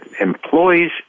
employees